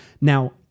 Now